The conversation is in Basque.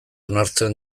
onartzen